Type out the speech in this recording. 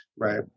Right